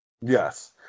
Yes